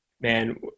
Man